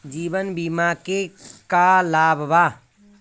जीवन बीमा के का लाभ बा?